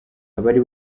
abari